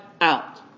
out